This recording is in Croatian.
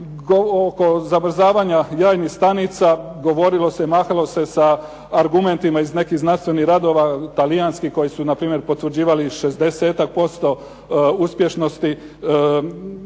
Oko zamrzavanja jajnih stanica govorilo se, mahalo se sa argumentima iz nekih znanstvenih radova talijanskih koji su npr. potvrđivali 60-tak % uspješnosti